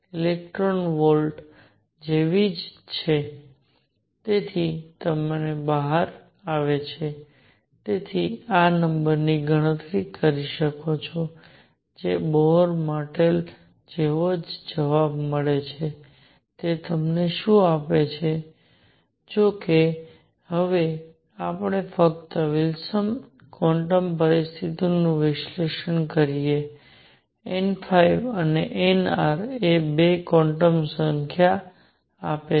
6Z2n2 electron volts જેવી જ છે જે તમે બહાર આવે છે તેમાં આ નંબરની ગણતરી કરી શકો છો જે બોહર મોડેલ જેવો જ જવાબ છે તે તમને શું આપે છે જો કે હવે આપણે ફક્ત વિલ્સન ક્વોન્ટમ પરિસ્થિતિઓનું વિશ્લેષણ કરીએ n અને nrએ 2 ક્વોન્ટમ સંખ્યા આપે છે